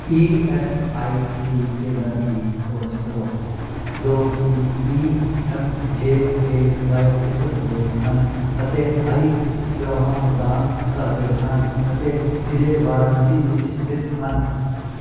E S I C ਕੇਂਦਰਾਂ ਦੀ ਖੋਜ ਕਰੋ ਜੋ ਕਿ P M J A Y ਕਿਸਮ ਦੇ ਹਨ ਅਤੇ ਆਈ ਸੇਵਾਵਾਂ ਪ੍ਰਦਾਨ ਕਰਦੇ ਹਨ ਅਤੇ ਜ਼ਿਲ੍ਹੇ ਵਾਰਾਣਸੀ ਵਿੱਚ ਸਥਿਤ ਹਨ